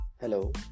Hello